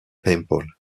paimpol